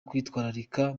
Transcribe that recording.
kwitwararika